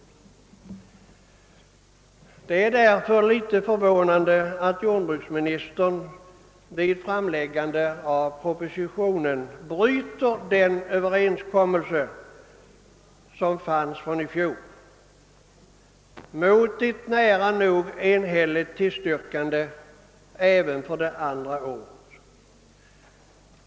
Det är därför litet förvånande att jordbruksministern vid framläggande av propositionen bryter den överenskommelse som fanns från i fjol och vilken fått ett nära nog enhälligt tillstyrkande även för det andra året.